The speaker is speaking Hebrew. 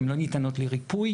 הן לא ניתנות לריפוי.